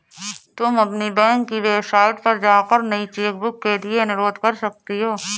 तुम अपनी बैंक की वेबसाइट पर जाकर नई चेकबुक के लिए अनुरोध कर सकती हो